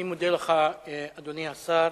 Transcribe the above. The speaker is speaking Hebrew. אני מודה לך, אדוני השר.